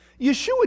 Yeshua